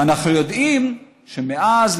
ואנחנו יודעים שמאז,